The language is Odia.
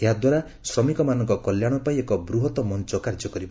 ଏହାଦ୍ୱାରା ଶ୍ରମିକମାନଙ୍କ କଲ୍ୟାଶ ପାଇଁ ଏକ ବୃହତ୍ ମଞ୍ କାର୍ଯ୍ୟ କରିବ